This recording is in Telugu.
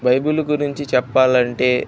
బైబిల్ గురించి చెప్పాలి అంటే